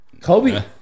Kobe